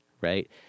right